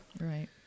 Right